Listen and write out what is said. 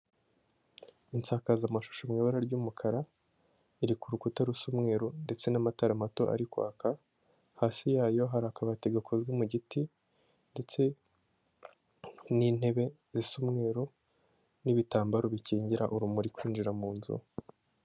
Insakazamashusho mu ibara ry'umukara, iri ku rukuta rusa umweru ndetse n'amatara mato ari kwaka, hasi yayo hari akabati gakozwe mu giti, ndetse n'intebe zisa umweru n'ibitambaro bikingira urumuri kwinjira mu nzu.